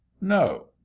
no